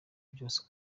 byose